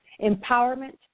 empowerment